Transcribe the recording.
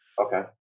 Okay